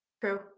True